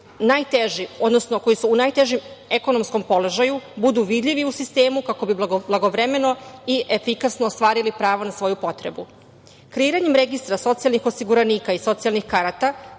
najteži, odnosno koji su u najtežem ekonomskom položaju budu vidljivi u sistemu kako bi blagovremeno i efikasno ostvarili pravo na svoju potrebu. Kreiranjem registra socijalnih osiguranika i socijalnih karata